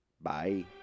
bye